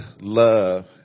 love